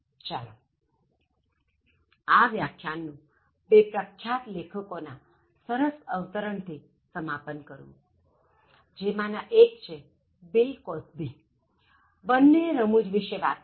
ચાલો આ વ્યાખ્યાનનું બે પ્રખ્યાત લેખકોના સરસ અવતરણ થી સમાપન કરું જેમાના એક છે બિલ કોસ્બિબન્ને એ રમૂજ વિશે વાત કરી છે